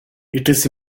it’s